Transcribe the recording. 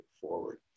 forward